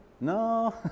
No